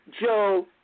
Joe